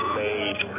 made